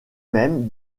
même